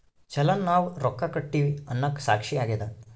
ಚಲನ್ ನಾವ್ ರೊಕ್ಕ ಕಟ್ಟಿವಿ ಅನ್ನಕ ಸಾಕ್ಷಿ ಆಗ್ಯದ